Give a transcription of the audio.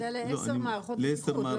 אבל זה לעשר מערכות בטיחות.